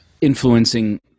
influencing